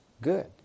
good